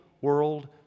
world